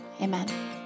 Amen